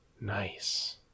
Nice